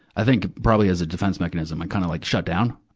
i think, probably as a defense mechanism, i kind of like shut down.